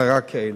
בעשרה כאלו.